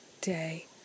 day